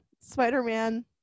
Spider-Man